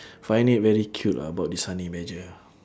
find it very cute lah about this honey badger